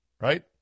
right